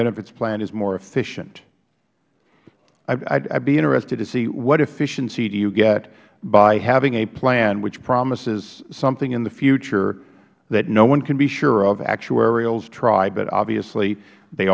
benefits plan is more efficient i would be interested to see what efficiency do you get by having a plan which promises something in the future that no one can be sure of actuarials try but obviously they